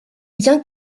bien